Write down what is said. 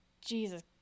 Jesus